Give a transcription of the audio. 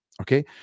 Okay